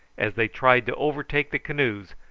as they tried to overtake the canoes,